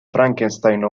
frankenstein